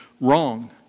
wrong